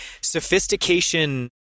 sophistication